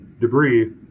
debris